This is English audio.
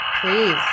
please